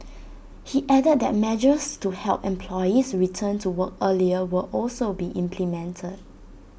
he added that measures to help employees return to work earlier will also be implemented